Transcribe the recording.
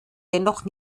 dennoch